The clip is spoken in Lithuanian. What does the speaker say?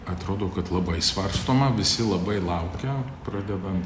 atrodo kad labai svarstoma visi labai laukia pradedant